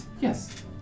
yes